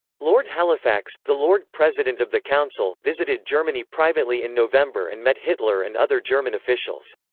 lord halifax, the lord president of the council, visited germany privately in november and met hitler and other german officials.